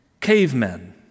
cavemen